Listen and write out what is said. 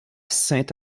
sint